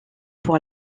pour